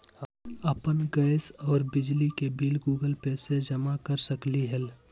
अपन गैस और बिजली के बिल गूगल पे से जमा कर सकलीहल?